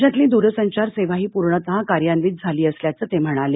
राज्यातली दूरसंचार सेवाही पूर्णतः कार्यान्वित झाली असल्याचं ते म्हणाले